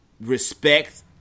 respect